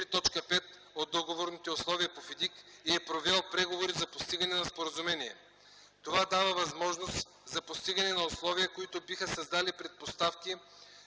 от договорните условия по ФИДИК, и е провел преговори за постигане на споразумение. Това дава възможност за постигане на условия, които биха създали предпоставки